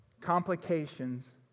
complications